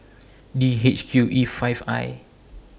D H Q E five I